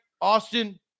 Austin